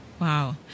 Wow